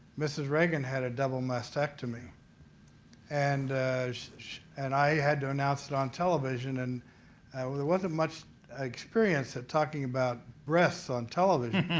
mrs. reagan had a double mastectomy and and i had to announce it on television and there wasn't much experience at talking about breasts on television.